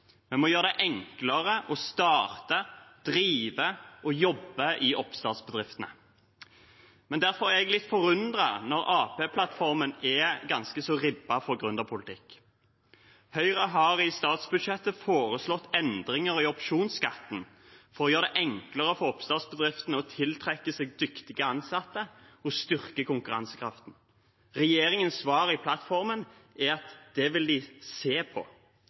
Vi må gjøre det enklere å starte, drive og jobbe i oppstartsbedriftene. Derfor er jeg litt forundret når Arbeiderparti-plattformen er ganske så ribbet for gründerpolitikk. Høyre har i statsbudsjettet foreslått endringer i opsjonsskatten for å gjøre det enklere for oppstartsbedriftene å tiltrekke seg dyktige ansatte og styrke konkurransekraften. Regjeringens svar i plattformen er at de vil «se på» det. «Se på»